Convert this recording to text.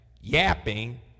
yapping